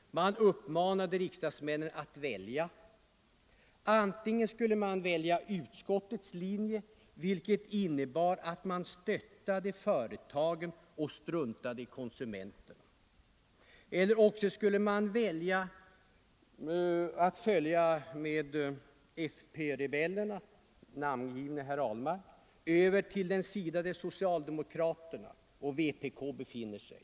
Man uppmanade där riksdagsmännen att välja sida. De skulle antingen välja utskottets linje, vilket innebar att man stöttade företagen och struntade i konsumenterna, eller också följa fprebellerna med namngivne herr Ahlmark över till den sida där socialdemokraterna och vpk befinner sig.